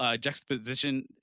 juxtaposition